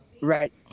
Right